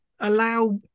allow